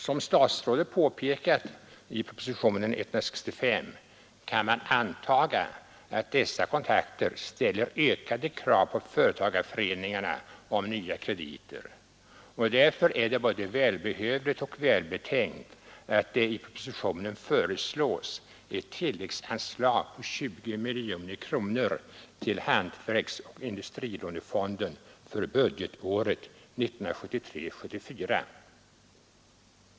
Som statsrådet påpekat i propositionen 165 kan man antaga att dessa kontakter ställer ökade krav på företagarföreningarna i fråga om nya krediter, och därför är det både välbehövligt och välbetänkt att det i propositionen föreslås ett tilläggsanslag på 20 miljoner kronor till hantverksoch industrilånefonden för budgetåret 1973/74.